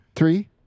Three